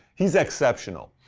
he's exceptional.